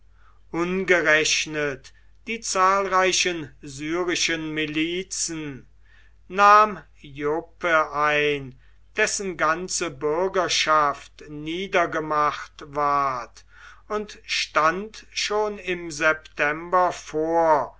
ungerechnet die zahlreichen syrischen milizen nahm joppe ein dessen ganze bürgerschaft niedergemacht ward und stand schon im september vor